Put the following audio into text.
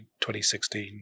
2016